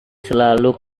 selalu